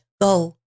Go